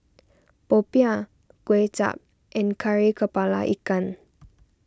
Popiah Kway Chap and Kari Kepala Ikan